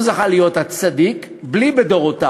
הוא זכה להיות הצדיק, בלי "בדורותיו"